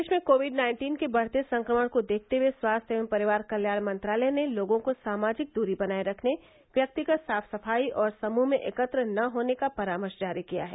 देश में COVID nineteen के बढ़ते संक्रमण को देखते हुए स्वास्थ्य एवं परिवार कल्याण मंत्रालय ने लोगों को सामाजिक दूरी बनाए रखने व्यक्तिगत साफ सफाई और समूह में एकत्र न होने का परामर्श जारी किया है